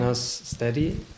steady